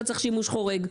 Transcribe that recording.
אתה צריך שימוש חורג.